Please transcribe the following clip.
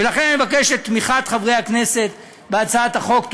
ולכן אני מבקש את תמיכת חברי הכנסת בהצעת החוק.